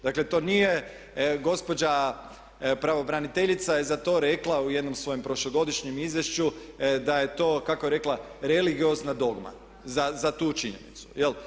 Dakle, to nije gospođa pravobraniteljica je za to rekla u jednom svojem prošlogodišnjem izvješću da je to kako je rekla religiozna dogma, za tu činjenicu, jel?